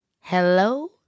Hello